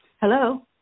Hello